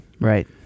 Right